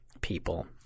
people